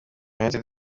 utd